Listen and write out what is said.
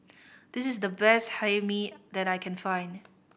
this is the best Hae Mee that I can find